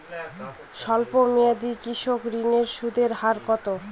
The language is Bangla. স্বল্প মেয়াদী কৃষি ঋণের সুদের হার কত?